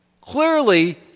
clearly